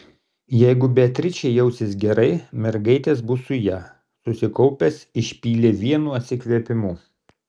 jeigu beatričė jausis gerai mergaitės bus su ja susikaupęs išpylė vienu atsikvėpimu